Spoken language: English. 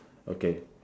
okay